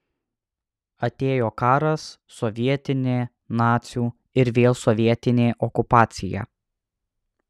atėjo karas sovietinė nacių ir vėl sovietinė okupacija